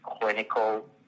clinical